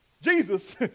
Jesus